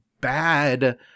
bad